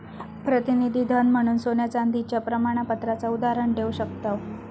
प्रतिनिधी धन म्हणून सोन्या चांदीच्या प्रमाणपत्राचा उदाहरण देव शकताव